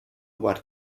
what